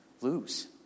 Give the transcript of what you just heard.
Lose